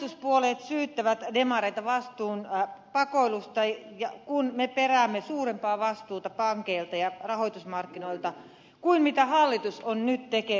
hallituspuolueet syyttävät demareita vastuun pakoilusta kun me peräämme suurempaa vastuuta pankeilta ja rahoitusmarkkinoilta kuin mitä hallitus on nyt tekemässä